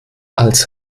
als